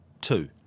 Two